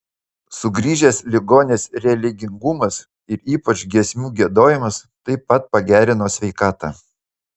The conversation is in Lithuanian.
sugrįžęs ligonės religingumas ir ypač giesmių giedojimas taip pat pagerino sveikatą